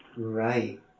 Right